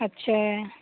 अच्छा